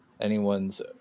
anyone's